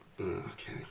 Okay